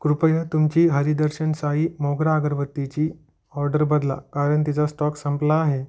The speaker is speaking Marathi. कृपया तुमची हरी दर्शन साई मोगरा अगरबत्तीची ऑर्डर बदला कारण तिचा स्तॉक संपला आहे